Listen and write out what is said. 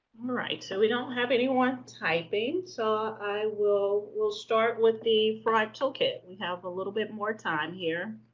right, so we don't have anyone typing, so i will we'll start with the fraud toolkit we have a little bit more time here.